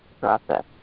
process